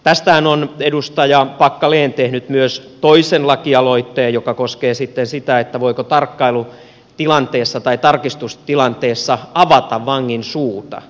tästähän on edustaja packalen tehnyt myös toisen lakialoitteen joka koskee sitä voiko tarkistustilanteessa avata vangin suuta